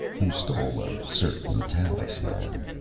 who stole a certain talisman.